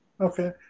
Okay